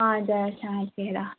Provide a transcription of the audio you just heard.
हजुर साँचेर